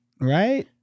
Right